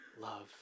love